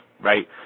right